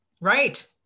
Right